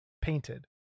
painted